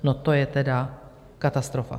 No to je tedy katastrofa!